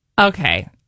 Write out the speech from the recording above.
okay